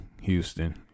Houston